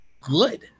good